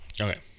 Okay